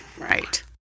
right